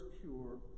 pure